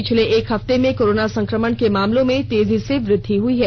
पिछले एक हफ्ते में कोरोना संक्रमण के मामलों में तेजी से वृद्धि हुई है